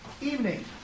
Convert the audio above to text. evening